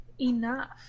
enough